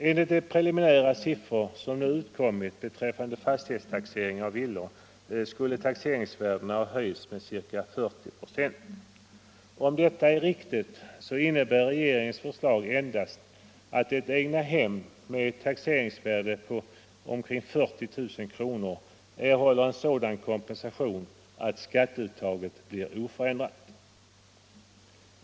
Enligt de preliminära siffrorna som nu utkommit beträffande fastighetstaxering av villor skulle taxeringsvärdena ha höjts med ca 40 96. Om detta är riktigt så innebär regeringens förslag endast att ett egnahem med ett taxeringsvärde på omkring 40 000 kr. erhåller en sådan kompensation att skatteuttaget förblir oförändrat.